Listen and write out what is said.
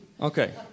Okay